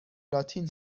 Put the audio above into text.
لاتین